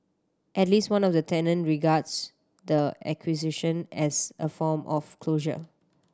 at least one of the tenant regards the acquisition as a form of closure